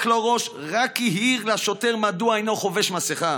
לו הראש רק כי העיר לשוטר מדוע אינו חובש מסכה.